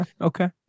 okay